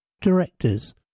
Directors